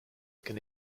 can